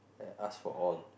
I ask for all